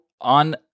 on